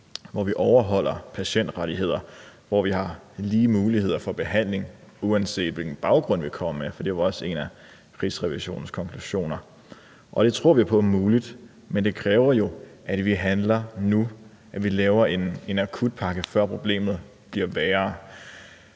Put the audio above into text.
hvor vi overholder patientrettigheder, og hvor vi har lige muligheder for behandling, uanset hvilken baggrund vi kommer med, for det er jo også en af Rigsrevisionens konklusioner. Og det tror vi på er muligt, men det kræver, at vi handler nu, og at vi laver en akutpakke, før problemet bliver værre.